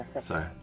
Sorry